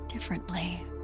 Differently